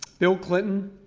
bill clinton,